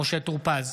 משה טור פז,